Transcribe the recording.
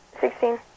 Sixteen